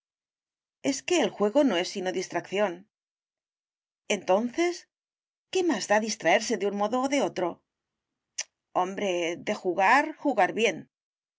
es que el juego no es sino distracción entonces qué más da distraerse de un modo o de otro hombre de jugar jugar bien